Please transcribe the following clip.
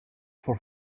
for